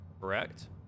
Correct